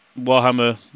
Warhammer